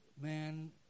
man